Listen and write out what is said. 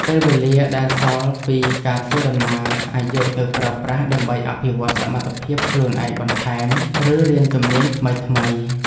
ពេលវេលាដែលសល់ពីការធ្វើដំណើរ អាចយកទៅប្រើប្រាស់ដើម្បីអភិវឌ្ឍសមត្ថភាពខ្លួនឯងបន្ថែម ឬរៀនជំនាញថ្មីៗ។